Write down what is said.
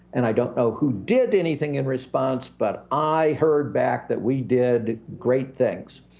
and i don't know who did anything in response, but i heard back that we did great things?